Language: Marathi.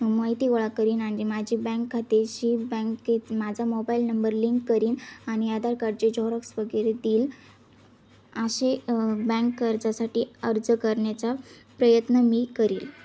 माहिती गोळा करेन आणि माझी बँक खात्याशी बँकेत माझा मोबाईल नंबर लिंक करेन आणि आधार कार्डचे जॉरॉक्स वगैरे देईल असे बँक कर्जासाठी अर्ज करण्याचा प्रयत्न मी करेल